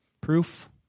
Proof